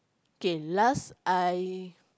K last I